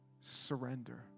surrender